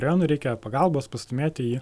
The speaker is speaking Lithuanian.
rajonui reikia pagalbos pastūmėti jį